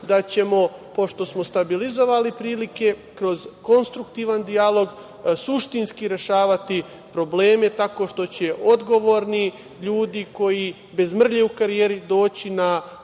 da ćemo, pošto smo stabilizovali prilike, kroz konstruktivan dijalog suštinski rešavati probleme, tako što će odgovorni ljudi, koji su bez mrlje u karijeri, doći na